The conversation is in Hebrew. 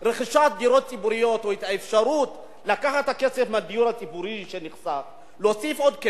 מדיניות הדיור ב-20 השנים האחרונות לא היתה טובה.